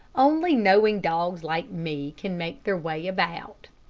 only knowing dogs like me can make their way about.